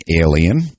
alien